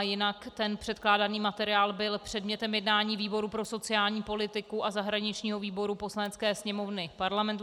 Jinak ten předkládaný materiál byl předmětem jednání výboru pro sociální politiku a zahraničního výboru Poslanecké sněmovny Parlamentu ČR.